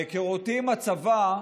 בהיכרותי עם הצבא,